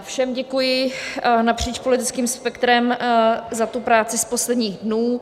Všem děkuji napříč politickým spektrem za práci z posledních dnů.